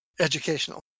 educational